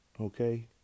Okay